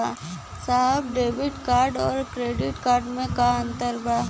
साहब debit card और credit card में का अंतर बा?